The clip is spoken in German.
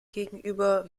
gegenüber